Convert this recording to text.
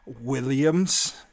Williams